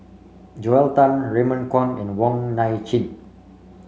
Joel Tan Raymond Kang and Wong Nai Chin